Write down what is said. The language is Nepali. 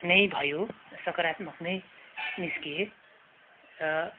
नै भयो सकारात्मक नै निस्किए